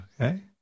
Okay